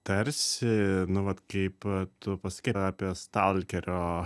tarsi nu vat kaip tu pasakei apie stalkerio